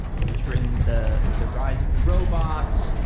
he's written the the rise of the robots,